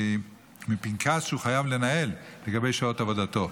מפנקס שהוא חייב לנהל לגבי שעות עבודתו.